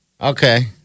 Okay